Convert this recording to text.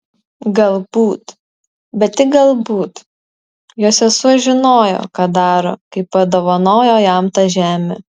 galbūt bet tik galbūt jo sesuo žinojo ką daro kai padovanojo jam tą žemę